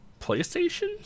PlayStation